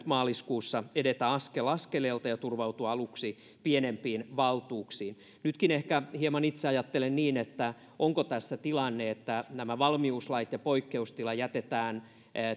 maaliskuussa edetä askel askeleelta ja turvautua aluksi pienempiin valtuuksiin nytkin ehkä hieman itse ajattelen niin että onko tässä tilanne että nämä valmiuslait ja poikkeustila jätetään